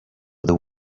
the